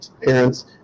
parents